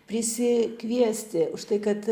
prisikviesti užtai kad